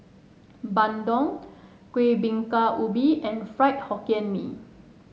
Bandung Kueh Bingka Ubi and Fried Hokkien Mee